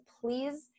please